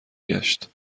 گشت